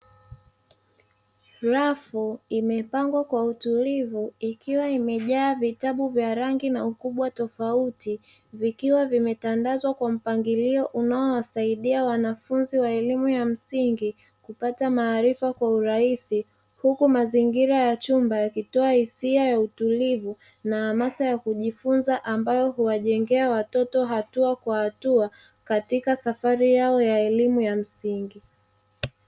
Rafu imepangwa kwa utulivu ikiwa imejaa vitabu vya rangi na ukubwa tofauti, vikiwa vimetandazwa kwa mpangilio unaowasaidia wanafunzi wa elimu ya msingi kupata maarifa kwa urahisi, huku mazingira ya chumba yakitoa hisia ya utulivu na hamasa ya kujifunza ambayo huwajengea watoto hatua kwa hatua katika safari yao ya elimu ya msingi.